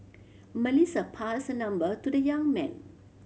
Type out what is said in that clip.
Melissa passed her number to the young man